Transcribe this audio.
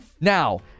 Now